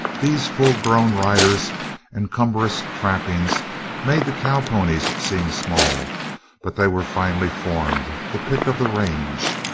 these full-grown riders and cumbrous trappings made the cowponies seem small but they were finely formed, the pick of the range.